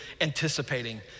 anticipating